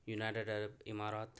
united عرب امارات